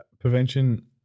prevention